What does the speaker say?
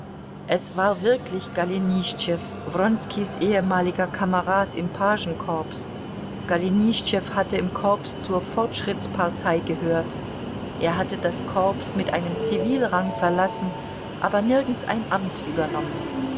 es war wirklich golenischtschew wronskis ehemaliger kamerad im pagenkorps golenischtschew hatte im korps zur fortschrittspartei gehört er hatte das korps mit einem zivilrang verlassen aber nirgends ein amt übernommen